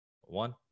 one